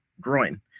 groin